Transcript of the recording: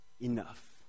enough